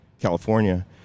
California